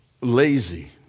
lazy